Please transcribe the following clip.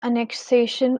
annexation